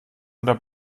oder